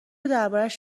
دربارش